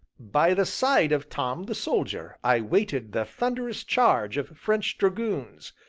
by the side of tom the soldier i waited the thunderous charge of french dragoons,